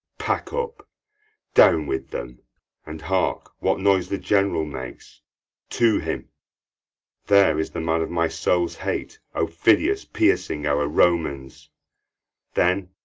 pack up down with them and hark, what noise the general makes to him there is the man of my soul's hate, aufidius, piercing our romans then,